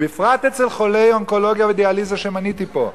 ובפרט אצל חולי אונקולוגיה ודיאליזה שמניתי פה,